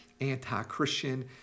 anti-Christian